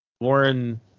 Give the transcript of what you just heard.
Warren